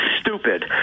Stupid